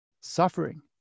suffering